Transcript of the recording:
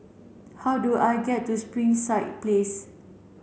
how do I get to Springside Place